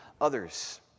others